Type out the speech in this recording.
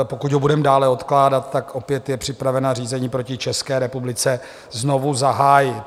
Pokud ho budeme dále odkládat, opět je připravena řízení proti České republice znovu zahájit.